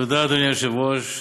תודה, אדוני היושב-ראש.